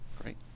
Great